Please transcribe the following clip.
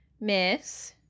Miss